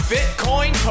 Bitcoin